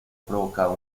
provocado